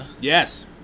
Yes